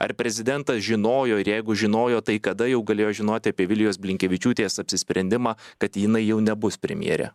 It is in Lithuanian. ar prezidentas žinojo ir jeigu žinojo tai kada jau galėjo žinoti apie vilijos blinkevičiūtės apsisprendimą kad jinai jau nebus premjerė